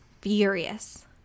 furious